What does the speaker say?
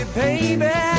baby